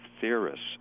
theorists